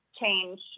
change